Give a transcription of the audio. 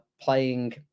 playing